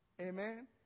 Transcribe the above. Amen